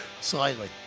Slightly